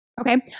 Okay